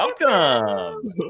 Welcome